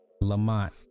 Lamont